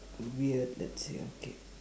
weird let's see okay